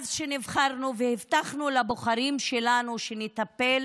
שנבחרנו והבטחנו לבוחרים שלנו שנטפל